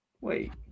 Wait